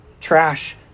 trash